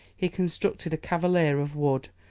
he constructed a cavalier of wood,